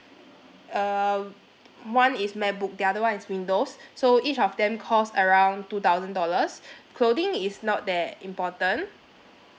uh one is macbook the other one is windows so each of them cost around two thousand dollars clothing is not that important